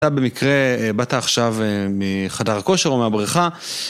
הייתה במקרה, באתה עכשיו מחדר הכושר או מהבריכה